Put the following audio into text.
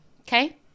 okay